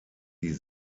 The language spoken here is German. die